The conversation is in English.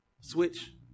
switch